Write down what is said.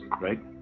right